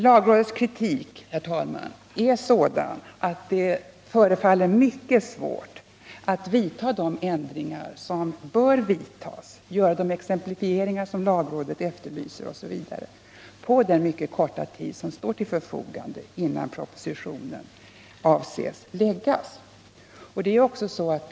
Lagrådets kritik, herr talman, är sådan att det förefaller mycket svårt att vidta de ändringar som bör vidtas, göra de exemplifieringar som lagrådet efterlyser osv., på den mycket korta tid som står till förfogande, innan man avser lägga fram propositionen.